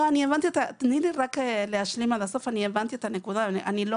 אני הבנתי את הנקודה, אני רק